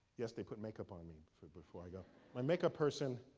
yes, they put makeup on me, before before i go my makeup person,